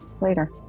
later